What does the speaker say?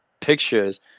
pictures